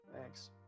Thanks